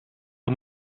the